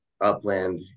Upland